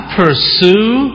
pursue